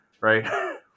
right